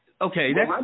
okay